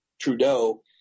Trudeau